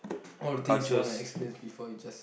all the things you wanna explains before you just